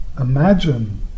imagine